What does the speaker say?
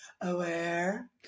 aware